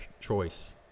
choice